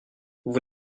vous